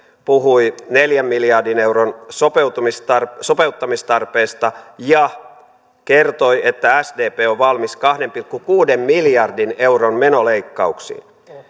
puhui neljän miljardin euron sopeuttamistarpeesta sopeuttamistarpeesta ja kertoi että sdp on valmis kahden pilkku kuuden miljardin euron menoleikkauksiin